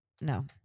No